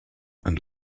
and